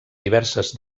diverses